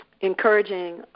encouraging